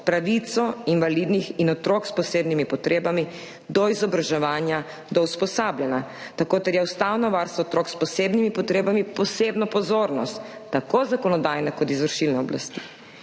pravico invalidnih in otrok s posebnimi potrebami do izobraževanja, do usposabljanja. Tako terja ustavno varstvo otrok s posebnimi potrebami posebno pozornost tako zakonodajne kot izvršilne oblasti.